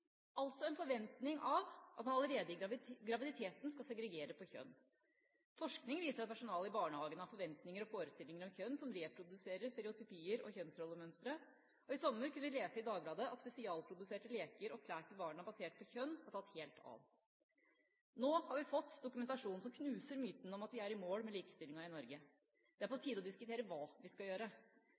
Altså er det en forventning om at man allerede i graviditeten skal segregere på kjønn. Forskning viser at personalet i barnehagene har forventninger til og forestillinger om kjønn som reproduserer stereotypier og kjønnsrollemønstre. I sommer kunne vi lese i Dagbladet at spesialprodusert leker og klær til barna basert på kjønn, har tatt helt av. Nå har vi fått dokumentasjon som knuser myten om at vi er i mål med likestillinga i Norge. Det er på tide å diskutere hva vi skal gjøre.